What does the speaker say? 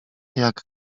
jak